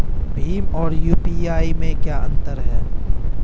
भीम और यू.पी.आई में क्या अंतर है?